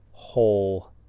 whole